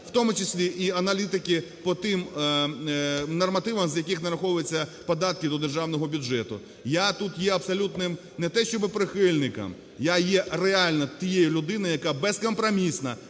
в тому числі і аналітики по тим нормативам, з яких нараховуються податки до державного бюджету. Я тут є абсолютним не те, щоби прихильником, я є реально тією людиною, яка безкомпромісно